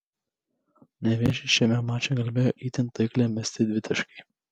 nevėžį šiame mače gelbėjo itin taikliai mesti dvitaškiai